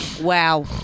Wow